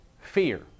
fear